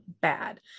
bad